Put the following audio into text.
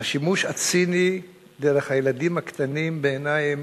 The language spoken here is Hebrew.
השימוש הציני דרך הילדים הקטנים, בעיני,